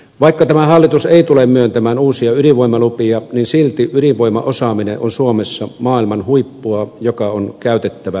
vaikka tämä hallitus ei tule myöntämään uusia ydinvoimalupia niin silti ydinvoimaosaaminen on suomessa maailman huippua mikä on käytettävä hyödyksi